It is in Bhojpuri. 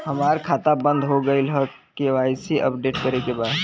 हमार खाता बंद हो गईल ह के.वाइ.सी अपडेट करे के बा?